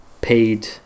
paid